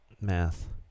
Math